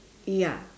ya